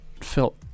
Felt